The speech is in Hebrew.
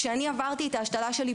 כשאני עברתי את ההשתלה שלי,